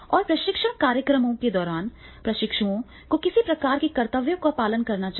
और प्रशिक्षण कार्यक्रमों के दौरान प्रशिक्षुओं को किस प्रकार के कर्तव्यों का पालन करना चाहिए